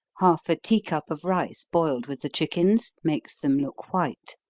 half a tea cup of rice boiled with the chickens makes them look white.